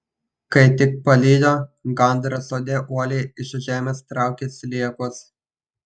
kai tik kiek palijo gandras sode uoliai iš žemės traukė sliekus